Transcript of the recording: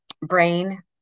brain